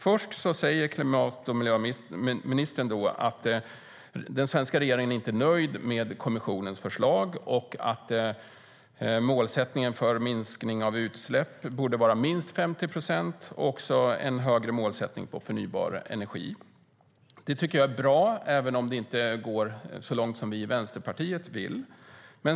Först säger klimat och miljöministern att den svenska regeringen inte är nöjd med kommissionens förslag och att målsättningen för minskning av utsläpp borde vara minst 50 procent och att också målsättningen för förnybar energi borde vara högre. Det är bra, även om ni inte går så långt som Vänsterpartiet vill.